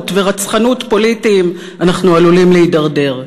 ורצחנות פוליטיות אנחנו עלולים להידרדר,